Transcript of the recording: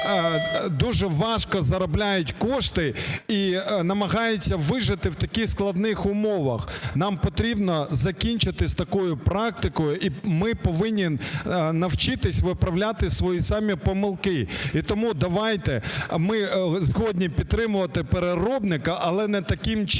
дуже важко заробляють кошти і намагаються вижити у таких складних умовах? Нам потрібно закінчити з такою практикою і ми повинні навчитись виправляти свої самі помилки. І тому давайте, ми згодні підтримувати переробника, але не таким чином